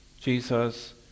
Jesus